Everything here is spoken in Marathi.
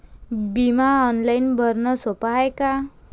बिमा ऑनलाईन भरनं सोप हाय का?